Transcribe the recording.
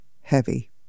heavy